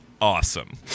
awesome